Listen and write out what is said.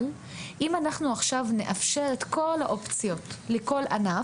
אבל אם אנחנו עכשיו נאפשר את כול האופציות לכול ענף,